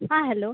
आं हॅलो